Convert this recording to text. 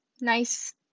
nice